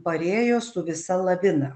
parėjo su visa lavina